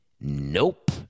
Nope